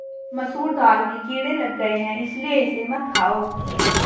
मसूर दाल में कीड़े लग गए है इसलिए इसे मत खाओ